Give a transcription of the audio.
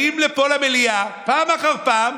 באים לפה למליאה פעם אחר פעם,